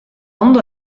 ondo